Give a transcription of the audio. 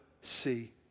see